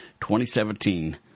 2017